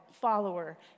follower